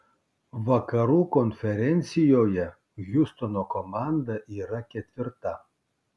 vakarų konferencijoje hjustono komanda yra ketvirta